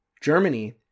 germany